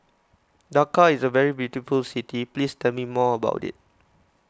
Dakar is a very beautiful city please tell me more about it